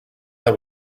that